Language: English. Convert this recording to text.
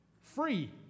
Free